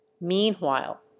Meanwhile